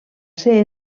ser